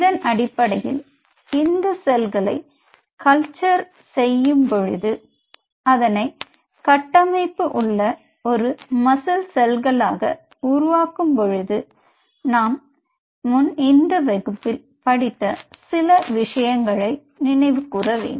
இதன் அடிப்படையில் இந்த செல்களை கல்ச்சர் செய்யும் பொழுது அதனை கட்டமைப்பு உள்ள ஒரு மசில் செல்களாக உருவாக்கும் பொழுது நாம் முன் இந்த வகுப்பில் படித்த சில விஷயங்களை நினைவு கூறவேண்டும்